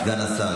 סגן השר,